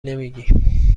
نمیگی